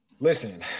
Listen